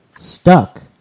stuck